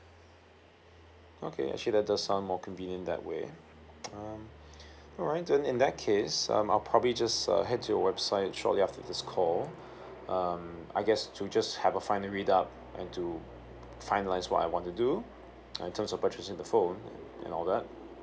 okay actually that does sound more convenient that way um alright then in that case um I'll probably just uh head to your website shortly after this call um I guess to just have a final read up and to finalise what I want to do in terms of purchasing the phone and all that